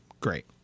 Great